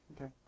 okay